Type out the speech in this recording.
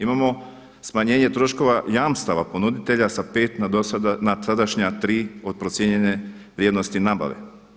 Imamo smanjenje troškova jamstava ponuditelja sa 5 na tadašnja 3 od procijenjene vrijednosti nabave.